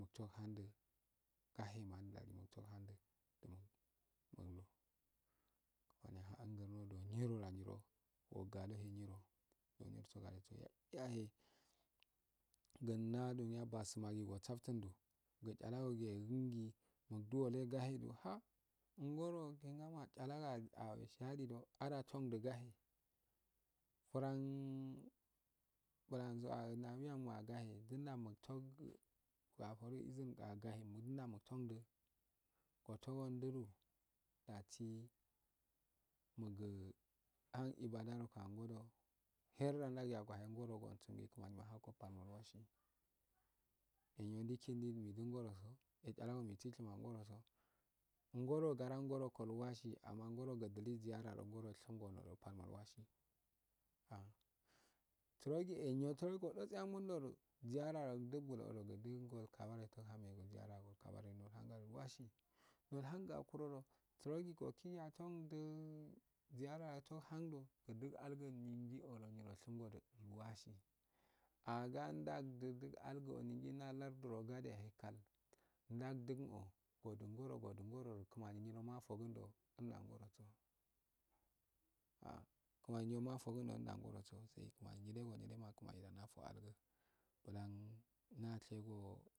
Muto huro gahe mandali nato hando dini naido kimaniya ahmgurndo nyin da nyiro galohe nyiro gonyirso gadeso yahe gunda duniyaso bamaigidu osa ftundo giyalagogi egungi duwalo guludu an ngoro kengen ajalago adiciho ada fundigahe furann nabryannu dassi mugu man ibadaroko angodo her dandaguyago yale nyora go onsuna kimani na hoko e-nyo daki nidungorosoo ejalago mitu shingorosa ngoro gara ngoro watukri aman ngoro dizara rolshimgordo do palmalwasi ah surogi enyo odutse agudo du ziyar rogu duk buloodo udungo kabare fou hangmegu ɛiyar kabaredol har wasi nol umgalowso du. surogi okigi yauhando udul algu odo nyirolshingode wasi agadadigu alguo dinda lardiro gade yahe icak ndauguno wadungoro undungoro do kimani nyiro nafogundo. ndangon roso ah nyiro icimani mafogundo ndango rso ah nyille go nyillema kimanida ndafo algu blai nashego